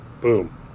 boom